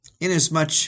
inasmuch